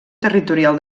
territorial